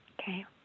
Okay